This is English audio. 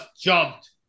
jumped